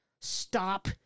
stop